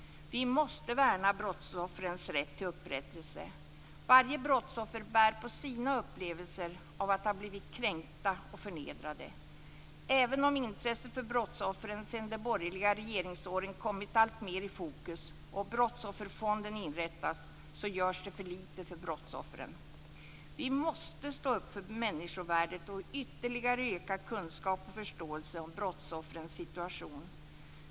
Vi måste värna brottsoffrens rätt till upprättelse. Varje brottsoffer bär på sina upplevelser av att ha blivit kränkta och förnedrade. Även om intresset för brottsoffren sedan de borgerliga regeringsåren kommit alltmer i fokus och Brottsofferfonden inrättats, görs det för lite för brottsoffren. Vi måste stå upp för människovärdet och ytterligare öka kunskap och förståelse om brottsoffrens situation.